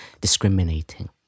discriminating